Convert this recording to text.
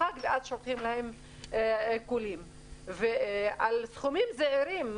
שולחים להם עיקולים בגין חובות של סכומים זעירים.